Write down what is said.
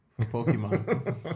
Pokemon